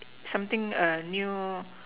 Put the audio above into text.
something new